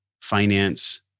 finance